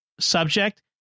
Subject